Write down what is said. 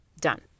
Done